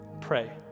pray